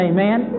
Amen